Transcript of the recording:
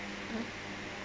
mm